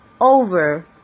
over